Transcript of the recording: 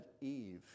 Eve